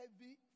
heavy